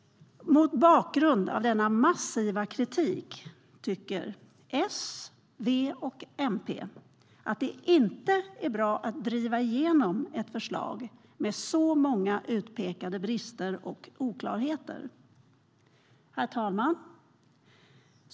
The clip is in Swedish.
Mot bakgrund av denna massiva kritik tycker S, V och MP att det inte är bra att driva igenom ett förslag med så många utpekade brister och oklarheter. Herr talman!